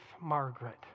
Margaret